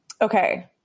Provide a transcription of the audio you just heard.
okay